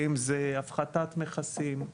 אם זה הפחתת מכסים,